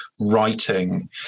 writing